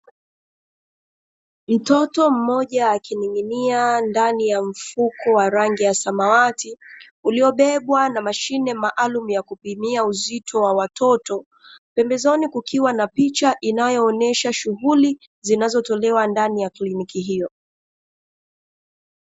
Mtoto mmoja akining'inia ndani ya ushuku wa rangi ya samawati, uliyobebwa na mashine maalumu ya kupimia uzito wa watoto, pembezoni kukiwa na picha kiwa inaonyesha shughuli zinazotolewa ndani ya kliniki hiyo.